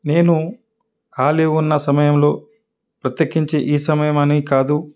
నేను ఖాళీ ఉన్న సమయంలో ప్రత్యేకించి ఈ సమయం అని కాదు